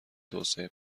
توسعه